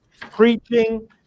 preaching